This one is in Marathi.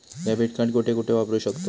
डेबिट कार्ड कुठे कुठे वापरू शकतव?